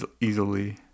easily